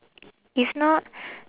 if not